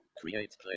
create